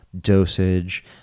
dosage